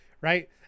right